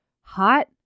hot